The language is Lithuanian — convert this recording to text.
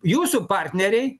jūsų partneriai